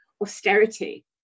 austerity